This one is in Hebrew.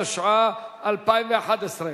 התשע"א 2011,